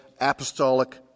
apostolic